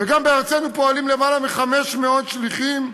וגם בארצנו פועלים למעלה מ-500 שליחים,